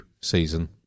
season